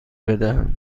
بدهم